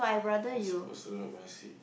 you're supposed to look messy